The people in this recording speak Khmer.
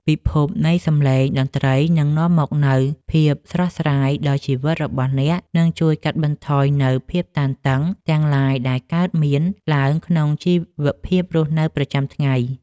ពិភពនៃសម្លេងតន្ត្រីនឹងនាំមកនូវភាពស្រស់ស្រាយដល់ជីវិតរបស់អ្នក និងជួយកាត់បន្ថយនូវភាពតានតឹងទាំងឡាយដែលកើតមានឡើងក្នុងជីវភាពរស់នៅប្រចាំថ្ងៃ។